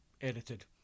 Edited